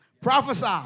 prophesy